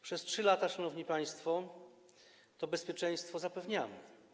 Przez 3 lata, szanowni państwo, to bezpieczeństwo zapewniamy.